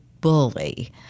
bully